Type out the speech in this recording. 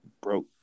Broke